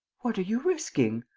what are you risking?